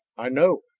i know.